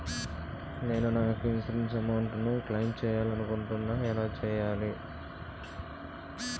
నేను నా యెక్క ఇన్సురెన్స్ అమౌంట్ ను క్లైమ్ చేయాలనుకుంటున్నా ఎలా చేయాలి?